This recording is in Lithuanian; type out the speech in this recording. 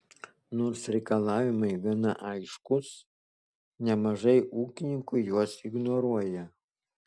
nors reikalavimai gana aiškūs nemažai ūkininkų juos ignoruoja